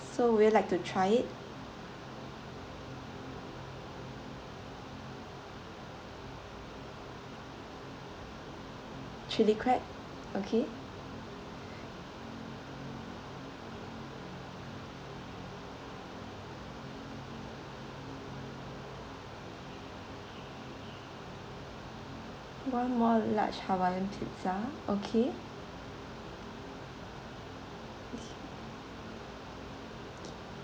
so would you like to try it chilli crab okay one more large hawaiian pizza okay